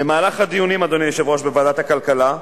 במהלך הדיונים בוועדת הכלכלה,